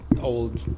old